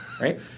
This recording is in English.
right